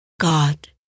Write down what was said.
God